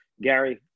Gary